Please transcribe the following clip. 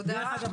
דרך אגב,